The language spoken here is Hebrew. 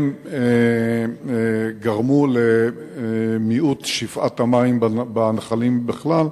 גרמו למיעוט שפיעת המים בנחלים בכלל,